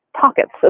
pockets